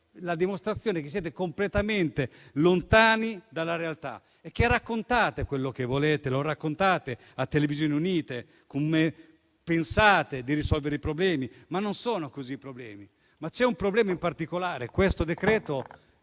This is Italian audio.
la dimostrazione che siete completamente lontani dalla realtà e raccontate quello che volete raccontare a televisioni unite, come pensate di risolvere i problemi, ma non si risolvono così i problemi. C'è una questione in particolare - questo decreto